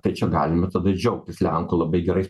tai čia galime tada džiaugtis lenkų labai gerais